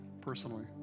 personally